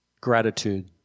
Gratitude